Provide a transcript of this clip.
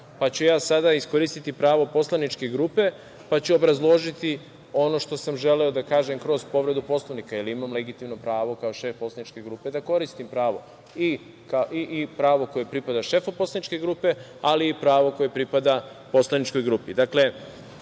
ću iskoristiti pravo poslaničke grupe, pa ću obrazložiti ono što sam želeo da kažem kroz povredu Poslovnika, jer imam legitimno pravo kao šef poslaničke grupe da koristim pravo i pravo koje pripada šefu poslaničke grupe, ali i pravo koje pripada poslaničkoj grupi. Dakle,